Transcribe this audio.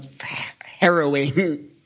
harrowing